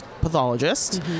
pathologist